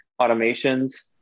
automations